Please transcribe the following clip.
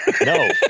No